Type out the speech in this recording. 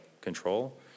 control